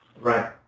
Right